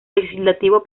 legislativo